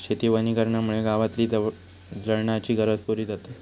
शेती वनीकरणामुळे गावातली जळणाची गरज पुरी जाता